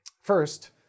First